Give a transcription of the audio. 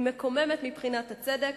היא מקוממת מבחינת הצדק,